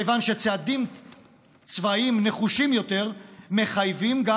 כיוון שצעדים צבאיים נחושים יותר מחייבים גם,